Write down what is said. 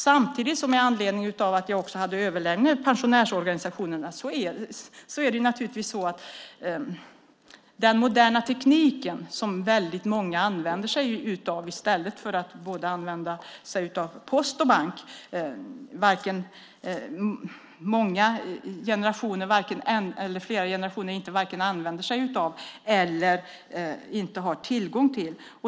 Samtidigt hade jag anledning att överlägga med pensionärsorganisationerna. Det är många generationer som inte använder sig av den moderna tekniken eller har tillgång till den i stället för att använda post och bank.